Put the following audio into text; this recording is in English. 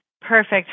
perfect